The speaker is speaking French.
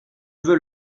veux